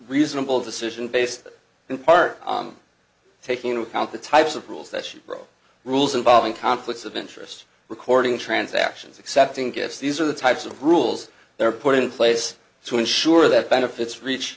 reasonable decision based in part on taking into account the types of rules that she broke rules involving conflicts of interest recording transactions accepting gifts these are the types of rules they're put in place to ensure that benefits reach